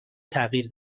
تغییر